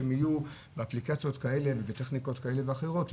באפליקציות כאלה ובטכניקות כאלה ואחרות,